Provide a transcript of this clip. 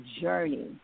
journey